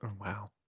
wow